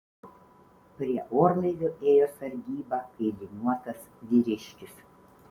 prie orlaivio ėjo sargybą kailiniuotas vyriškis